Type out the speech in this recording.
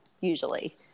usually